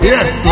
Yes